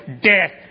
death